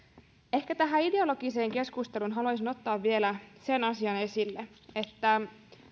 ehkä tähän ideologiseen keskusteluun haluaisin ottaa vielä sen asian esille että